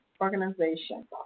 organization